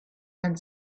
and